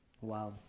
wow